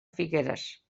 figueres